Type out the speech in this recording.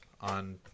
on